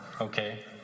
okay